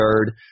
third